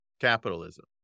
capitalism